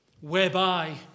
Whereby